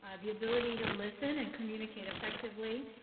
the ability to listen and communicate effectively,